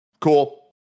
Cool